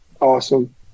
awesome